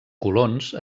colons